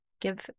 give